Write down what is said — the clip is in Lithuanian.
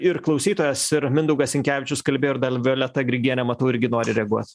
ir klausytojas ir mindaugas sinkevičius kalbėjo ir dar violeta grigienė matau irgi nori reaguot